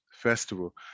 festival